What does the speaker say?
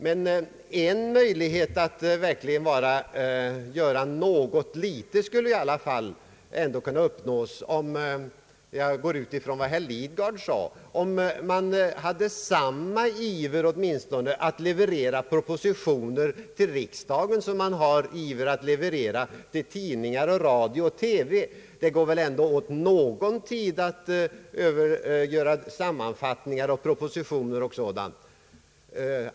Men någon liten förbättring skulle väl i alla fall kunna uppnås, om regeringen — jag utgår nu ifrån vad herr Lidgard sade — åtminstone hade samma iver att leverera propositioner till riksdagen som den har i fråga om att leverera material till tidningar, radio och TV. Det går väl ändå åt någon tid till att göra sammanfattningar av propositioner och sådant till pressen.